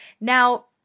Now